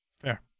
Fair